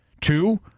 two